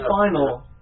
final